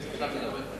עכשיו תדבר.